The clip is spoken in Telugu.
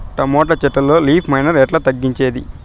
టమోటా చెట్లల్లో లీఫ్ మైనర్ ఎట్లా తగ్గించేది?